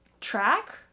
track